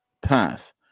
path